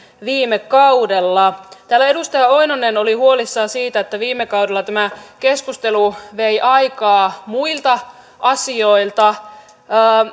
viime kaudella täällä edustaja oinonen oli huolissaan siitä että viime kaudella tämä keskustelu vei aikaa muilta asioilta